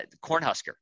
Cornhusker